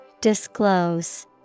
Disclose